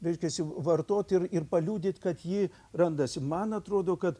reiškiasi vartot ir ir paliudyt kad ji randasi man atrodo kad